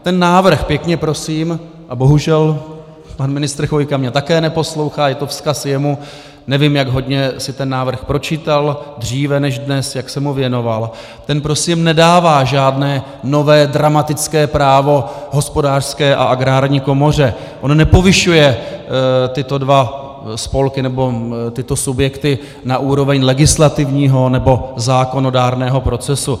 Ten návrh, pěkně prosím a bohužel pan ministr Chvojka mě také neposlouchá, je to vzkaz jemu, nevím, jak hodně si ten návrh pročítal dříve než dnes, jak se mu věnoval ten nedává žádné nové dramatické právo Hospodářské a Agrární komoře, on nepovyšuje tyto dva spolky nebo tyto subjekty na úroveň legislativního nebo zákonodárného procesu.